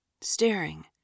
staring